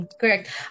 Correct